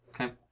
Okay